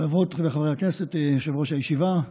חברות וחברי הכנסת, יושב-ראש הישיבה,